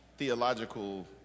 Theological